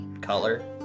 color